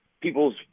people's